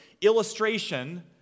illustration